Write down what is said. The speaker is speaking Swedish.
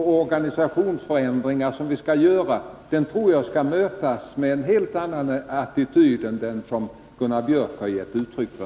De organisationsförändringar vi skall genomföra tror jag bör föras fram med en helt annan attityd än den Gunnar Björk här ger uttryck för.